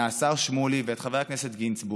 השר שמולי ואת חבר הכנסת גינזבורג,